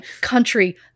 country